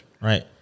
right